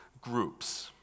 groups